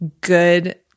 good